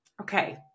Okay